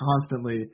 constantly –